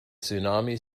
tsunami